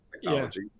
technology